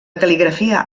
cal·ligrafia